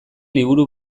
liburu